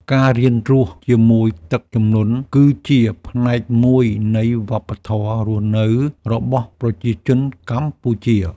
ការរៀនរស់ជាមួយទឹកជំនន់គឺជាផ្នែកមួយនៃវប្បធម៌រស់នៅរបស់ប្រជាជនកម្ពុជា។